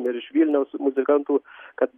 ir iš vilniaus muzikantų kad